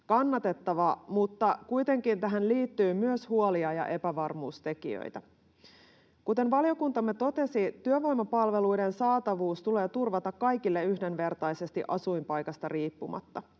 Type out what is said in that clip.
kannatettava, mutta kuitenkin tähän liittyy myös huolia ja epävarmuustekijöitä. Kuten valiokuntamme totesi, työvoimapalveluiden saatavuus tulee turvata kaikille yhdenvertaisesti asuinpaikasta riippumatta.